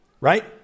right